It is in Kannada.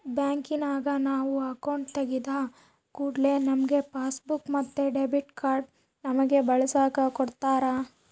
ಬ್ಯಾಂಕಿನಗ ನಾವು ಅಕೌಂಟು ತೆಗಿದ ಕೂಡ್ಲೆ ನಮ್ಗೆ ಪಾಸ್ಬುಕ್ ಮತ್ತೆ ಡೆಬಿಟ್ ಕಾರ್ಡನ್ನ ನಮ್ಮಗೆ ಬಳಸಕ ಕೊಡತ್ತಾರ